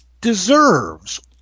deserves